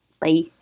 bye